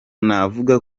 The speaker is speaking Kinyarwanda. navuga